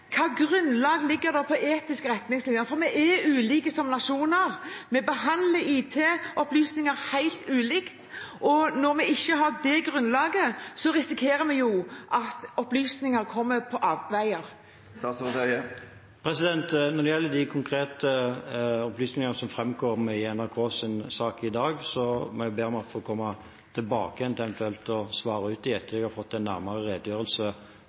Hvilket grunnlag ligger det for etiske retningslinjer? Vi er ulike som nasjoner. Vi behandler IT-opplysninger helt ulikt. Når vi ikke har det grunnlaget, risikerer vi jo at opplysninger kommer på avveier. Når det gjelder de konkrete opplysningene som framkom i NRKs sak i dag, må jeg be om å få komme tilbake igjen og eventuelt svare etter at jeg har fått en nærmere redegjørelse